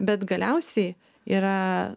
bet galiausiai yra